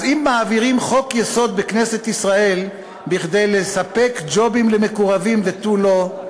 אז אם מעבירים חוק-יסוד בכנסת ישראל כדי לספק ג'ובים למקורבים ותו לא,